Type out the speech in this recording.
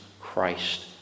Christ